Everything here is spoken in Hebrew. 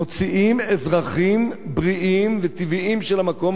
מוציאים אזרחים בריאים וטבעיים של המקום